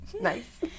Nice